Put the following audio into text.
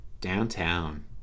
Downtown